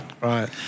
right